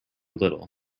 little